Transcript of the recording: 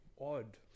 Odd